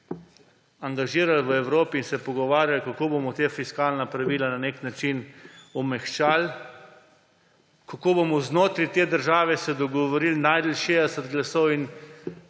v Evropi in se pogovarjali, kako bomo ta fiskalna pravila na neki način omehčali, kako se bomo znotraj te države dogovorili, našli 60 glasov in